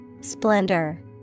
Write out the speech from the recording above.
Splendor